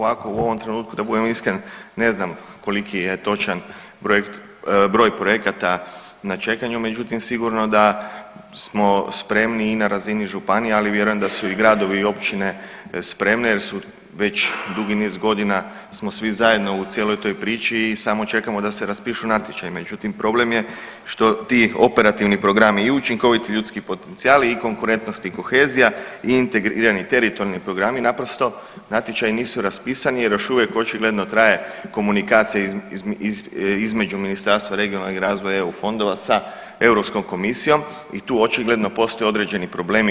ovako u ovom trenutku da budem iskren ne znam koliki je točan broj projekata na čekanju, međutim sigurno da smo spremi i na razini županija, ali vjerujem da su i gradovi i općine spremne jer su već dugi niz godina smo svi zajedno u cijeloj toj priči i samo čekamo da se raspišu natječaji, međutim problem je što ti operativni programi i učinkoviti ljudski potencijali i konkurentnost i kohezija i integrirani teritorijalni programi naprosto natječaji nisu raspisani jer još uvijek očigledno traje komunikacija između Ministarstva regionalnog razvoja i eu fondova sa Europskom komisijom i tu očigledno postoje određeni problemi.